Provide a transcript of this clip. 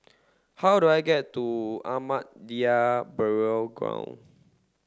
how do I get to Ahmadiyya Burial Ground